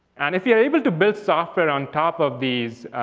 and if you are able to build software on top of these